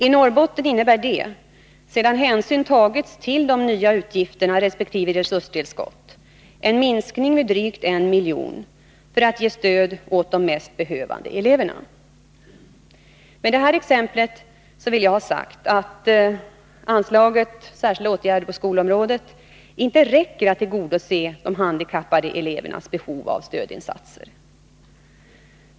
I Norrbotten innebär det — sedan hänsyn tagits till de nya utgifterna resp. resurstillskottet — en minskning med drygt 1 milj.kr. i stöd åt de mest behövande eleverna. Med detta exempel vill jag ha sagt att SÅS-anslaget inte räcker till för att tillgodose de handikappade elevernas behov av stödinsatser.